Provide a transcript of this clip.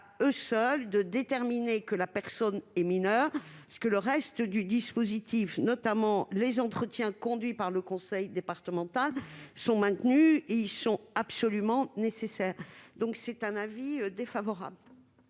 eux seuls de déterminer que la personne est mineure. Le reste du dispositif, notamment les entretiens conduits par le conseil départemental, est maintenu et reste absolument nécessaire. La commission émet donc un avis défavorable